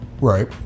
Right